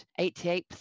88%